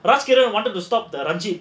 wanted to stop ranjith